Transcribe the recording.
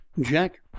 Jack